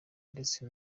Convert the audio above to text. ndetse